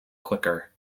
quicker